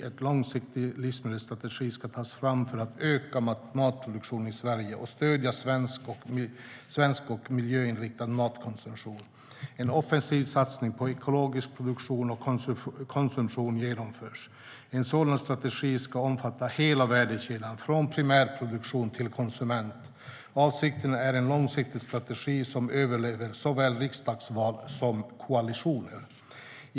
En långsiktig livsmedelsstrategi ska tas fram för att öka matproduktionen i Sverige och stödja ökad svensk och miljöinriktad matkonsumtion. En offensiv satsning på ekologisk produktion och konsumtion genomförs. En sådan strategi ska omfatta hela värdekedjan, från primärproduktion till konsument. Avsikten är att åstadkomma en långsiktig strategi som överlever såväl riksdagsval som koalitioner.